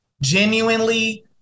genuinely